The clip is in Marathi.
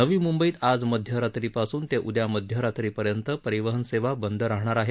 नवी म्ंबईत आज मध्यरात्रीपासून ते उद्या मध्यरात्रीपर्यंत परिवहन सेवा बंद राहणार आहेत